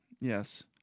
Yes